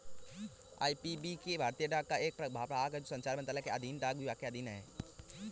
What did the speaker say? IPPB भारतीय डाक का एक प्रभाग है जो संचार मंत्रालय के अधीन डाक विभाग के अधीन है